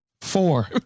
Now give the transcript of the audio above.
four